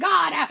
God